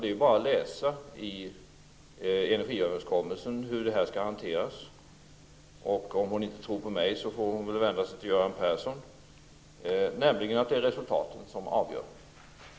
Det är bara att läsa i energiöverenskommelsen om hur denna fråga skall hanteras. Om Annika Åhnberg inte tror på mig, får hon vända sig till Göran Persson. Det är resultaten som avgör.